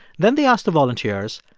then they asked the volunteers,